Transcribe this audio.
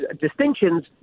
distinctions